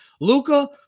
Luca